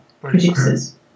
producers